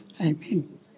Amen